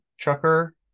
Trucker